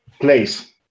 place